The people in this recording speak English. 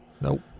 Nope